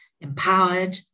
empowered